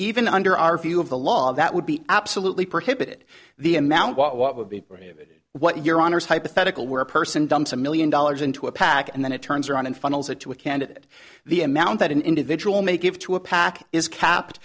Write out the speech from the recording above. even under our view of the law that would be absolutely prohibited the amount what would be prohibited what your honor is hypothetical where a person dumps a million dollars into a pac and then it turns around and funnels it to a candidate the amount that an individual may give to a pac is